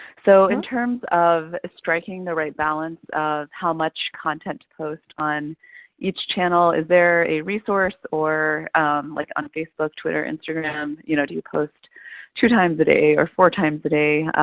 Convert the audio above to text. so in terms of striking the right balance of how much content to post on each channel, is there a resource or like on facebook, twitter, instagram. you know do you post two times a day or four times a day?